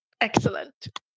Excellent